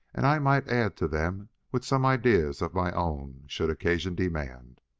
and i might add to them with some ideas of my own should occasion demand.